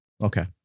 Okay